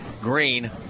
Green